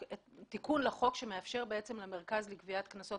תיקון לחוק שמאפשר בעצם למרכז לגביית קנסות